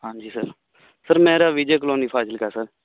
ਹਾਂਜੀ sir sir ਮੇਰਾ visa colony Fazilka sir ਹਾਂਜੀ